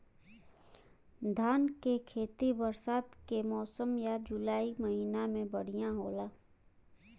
धान के खेती बरसात के मौसम या जुलाई महीना में बढ़ियां होला?